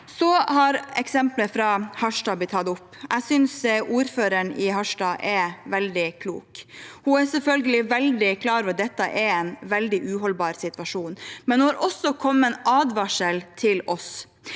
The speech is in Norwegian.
opp eksemplet fra Harstad. Jeg synes ordføreren i Harstad er veldig klok. Hun er selvfølgelig klar over at dette er en veldig uholdbar situasjon, men hun har også kommet med en advarsel til oss.